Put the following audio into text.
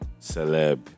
celeb